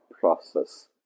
process